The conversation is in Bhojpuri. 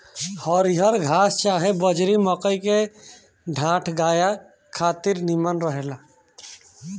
हरिहर घास चाहे बजड़ी, मकई के डांठ गाया खातिर निमन रहेला